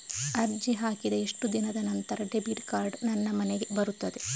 ಅರ್ಜಿ ಹಾಕಿದ ಎಷ್ಟು ದಿನದ ನಂತರ ಡೆಬಿಟ್ ಕಾರ್ಡ್ ನನ್ನ ಮನೆಗೆ ಬರುತ್ತದೆ?